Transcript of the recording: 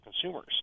consumers